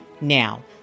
Now